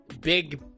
big